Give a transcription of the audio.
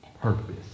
purpose